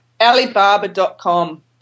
Alibaba.com